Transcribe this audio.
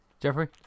Jeffrey